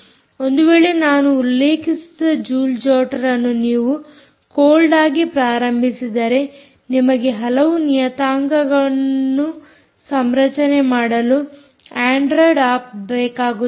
ಒಂದು ವೇಳೆ ನಾನು ಉಲ್ಲೇಖಿಸಿದ ಜೂಲ್ ಜೊಟರ್ ಅನ್ನು ನೀವು ಕೋಲ್ಡ್ ಆಗಿ ಪ್ರಾರಂಭಿಸಿದರೆ ನಿಮಗೆ ಹಲವು ನಿಯತಾಂಕಗಳನ್ನು ಸಂರಚನೆ ಮಾಡಲು ಅಂಡ್ರೊಯಿಡ್ ಆಪ್ ಬೇಕಾಗುತ್ತದೆ